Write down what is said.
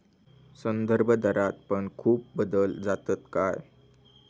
संदर्भदरात पण खूप बदल जातत काय?